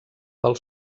pel